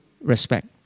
respect